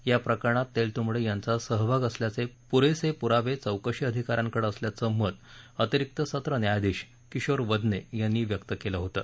या प्रकरणात तेलतूंबडे यांचा सहभाग असल्याचे पूरेसे पूरावे चौकशी अधिकाऱ्याकडे असल्याचं मत अतिरिक्त सत्र न्यायाधीश किशोर वदने यांनी व्यक्त केलं होतं